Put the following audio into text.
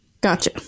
Gotcha